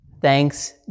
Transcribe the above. Thanks